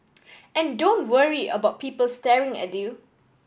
and don't worry about people staring at you